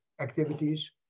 activities